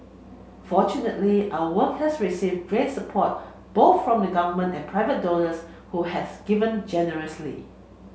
fortunately our work has received support both from the Government and private donors who has given generously